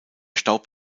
staub